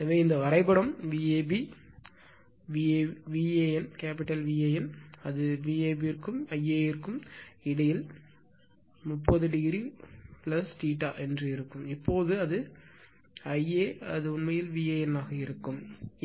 எனவே இந்த இந்த வரைபடம் Vab VAN அது Vab ற்கும் Iaவிற்கும் இடையில் 30 o இப்போது Ia அது உண்மையில் VAN ஆக இருக்கும்